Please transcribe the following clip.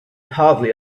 hardly